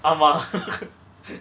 ஆமா:aama